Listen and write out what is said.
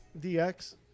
DX